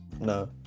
No